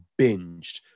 binged